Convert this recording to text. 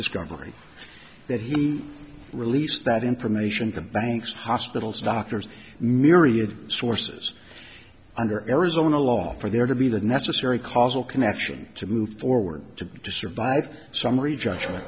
government that he released that information from banks hospitals doctors myriad sources under arizona law for there to be the necessary causal connection to move forward to just survive summary judgment